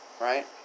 Right